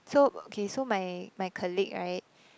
so okay so my my colleague [right]